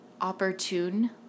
opportune